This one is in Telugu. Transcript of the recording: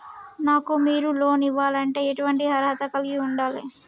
నాకు మీరు లోన్ ఇవ్వాలంటే ఎటువంటి అర్హత కలిగి వుండాలే?